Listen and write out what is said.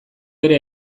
bere